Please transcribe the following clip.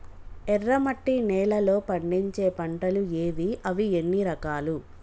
ఎర్రమట్టి నేలలో పండించే పంటలు ఏవి? అవి ఎన్ని రకాలు?